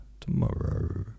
tomorrow